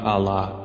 Allah